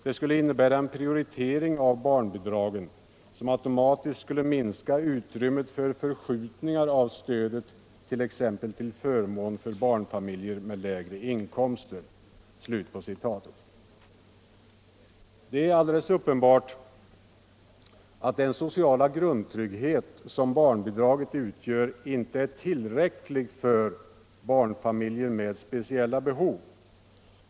Det skulle innebära en prioritering av barnbidragen som automatiskt skulle minska utrymmet för förskjutningar av stödet, t.ex. till förmån för barnfamiljer med lägre inkomster.” Det är alldeles uppenbart att den sociala grundtrygghet som barnbidraget utgör inte är tillräcklig för barnfamiljer med speciella behov.